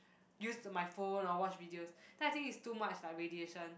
use the my phone or watch videos then I think it's too much like radiation